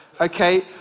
Okay